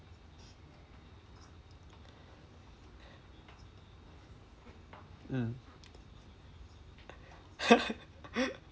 mm